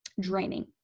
draining